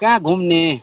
कहाँ घुम्ने